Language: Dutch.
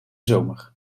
zomer